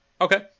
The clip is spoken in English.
Okay